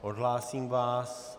Odhlásím vás.